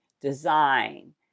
design